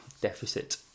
deficit